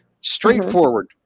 straightforward